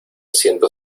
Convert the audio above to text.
siento